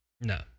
no